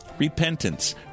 repentance